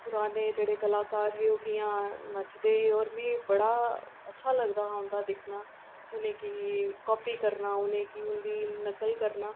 पुराने जेह्ड़े कलाकार हे ओह् कि'यां नचदे हे और मिगी बड़ा अच्छा लगदा हा उ'नें गी दिक्खना उ'नें गी कापी करना उ'नें गी उं'दी नकल करना